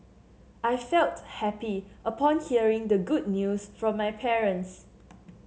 I felt happy upon hearing the good news from my parents